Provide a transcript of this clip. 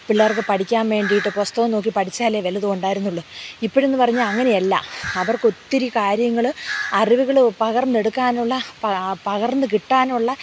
പിള്ളേർക്ക് പഠിക്കാൻ വേണ്ടിയിട്ട് പുസ്തകം നോക്കി പഠിച്ചാലേ വല്ല്തും ഉണ്ടായിരുന്നുള്ളൂ ഇപ്പോഴെന്ന് പറഞ്ഞാൽ അങ്ങനെയല്ല അവർക്ക് ഒത്തിരി കാര്യങ്ങൾ അറിവുകൾ പകർന്നെടുക്കാനുള്ള പകർന്നു കിട്ടാനുള്ള